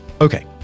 Okay